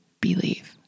believe